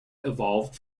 evolved